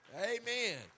Amen